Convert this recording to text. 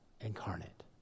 incarnate